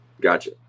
Gotcha